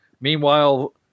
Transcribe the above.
Meanwhile